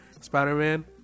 Spider-Man